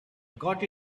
got